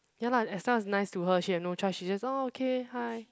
ya lah as long as nice to her she have no choice she just oh okay hi